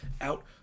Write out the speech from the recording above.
out